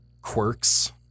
quirks